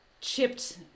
chipped